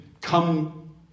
come